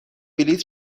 بلیط